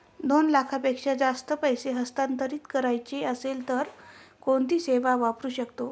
दोन लाखांपेक्षा जास्त पैसे हस्तांतरित करायचे असतील तर कोणती सेवा वापरू शकतो?